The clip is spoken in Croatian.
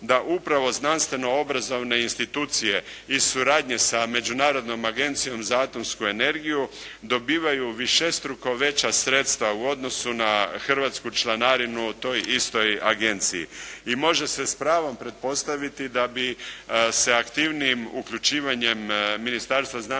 da upravo znanstveno obrazovne institucije i suradnje sa Međunarodnom agencijom za atomsku energiju dobivaju višestruko veća sredstva u odnosu na hrvatsku članarinu toj istoj agenciji i može se s pravom pretpostaviti da bi se aktivnijim uključivanjem Ministarstva znanosti,